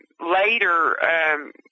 later